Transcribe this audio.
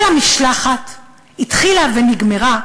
כל המשלחת התחילה ונגמרה,